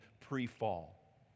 pre-fall